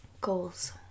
Goals